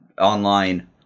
online